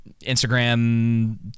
instagram